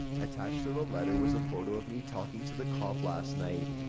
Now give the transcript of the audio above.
attached to the letter was a photo of me talking to the cop last night.